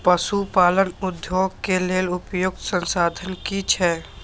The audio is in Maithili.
पशु पालन उद्योग के लेल उपयुक्त संसाधन की छै?